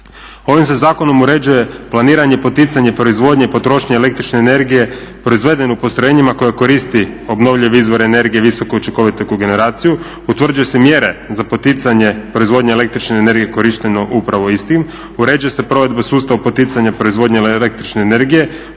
Ovim se zakonom uređuje planiranje i poticanje proizvodnje i potrošnje el.energije proizvedene u postrojenjima koje koristi obnovljivi izvor energije i visoke učinkovite kogeneracije, utvrđuju se mjere za poticanje proizvodnje el.energije korištenjem upravo istim, uređuje se provedba sustava poticanja proizvodnje el.energije,